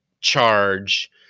charge